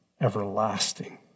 everlasting